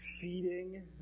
feeding